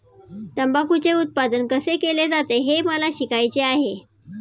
तंबाखूचे उत्पादन कसे केले जाते हे मला शिकायचे आहे